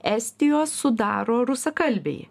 estijos sudaro rusakalbiai